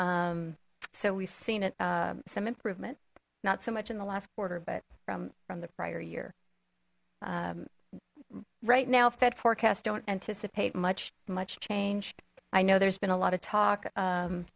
so we've seen it some improvement not so much in the last quarter but from from the prior year right now fed forecasts don't anticipate much much change i know there's been a lot of talk